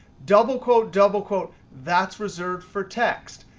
double quote, double quote, that's reserved for text.